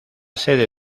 sede